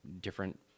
different